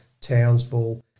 Townsville